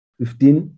fifteen